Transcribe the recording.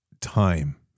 time